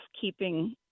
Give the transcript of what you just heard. keeping